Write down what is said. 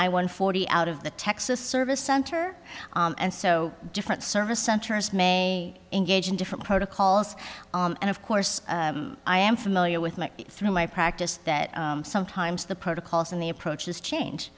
won forty out of the texas service center and so different service centers may engage in different protocols and of course i am familiar with me through my practice that sometimes the protocols and the approaches change